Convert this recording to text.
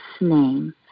name